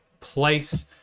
place